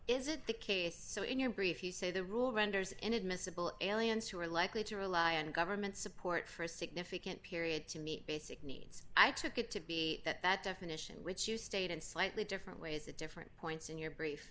is it the case so in your brief you say the rule renders inadmissible allianz who are likely to rely on government support for a significant period to meet basic needs i took it to be that that definition which you state in slightly different ways at different points in your brief